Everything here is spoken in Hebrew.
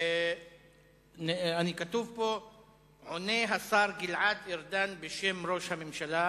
הצעות לסדר-היום מס' 630, 614, 618,